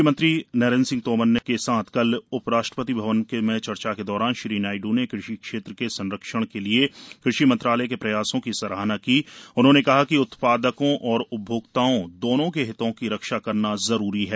कृषि मंत्री नरेंद्र सिंह तोमर के साथ कल उप राष्ट्रपति भवन में चर्चा के दौरान श्री नायड्र ने कृषि क्षेत्र के संरक्षण के लिए कृषि मंत्रालय के प्रयासों की सराहना की उन्होंने कहा कि उत्पादकों और उपभोक्ताओं दोनों के हितों की रक्षा करना जरूरी है